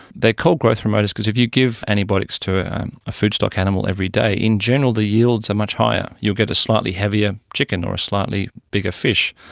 they are called growth promoters because if you give antibiotics to a foodstock animal every day, in general the yields are much higher, you'll get a slightly heavier chicken or a slightly bigger fish.